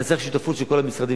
אתה צריך שותפות של כל המשרדים.